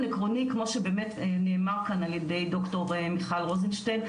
עקרוני כמו שבאמת נאמר כאן על ידי ד"ר מיכל רוזנשטיין,